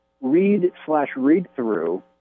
read-slash-read-through